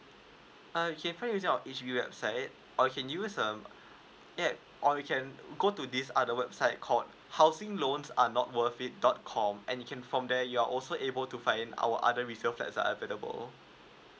err you can try using our H_D_B website or you can use um yup or you can go to this other website called housing loans are not worth it dot com and you can from there you're also able to find our other reserve that are affordable